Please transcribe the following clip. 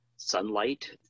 sunlight